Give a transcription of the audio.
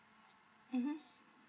mmhmm